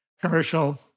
commercial